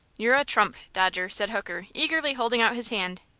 you're a trump, dodger, said hooker, eagerly holding out his hand.